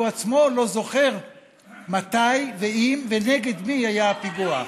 הוא עצמו לא זוכר מתי ואם ונגד מי היה הפיגוע.